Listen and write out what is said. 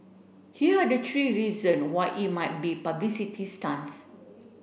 here are the three reason why it might be publicity stunts